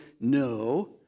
no